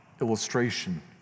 Illustration